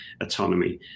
autonomy